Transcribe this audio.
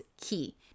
key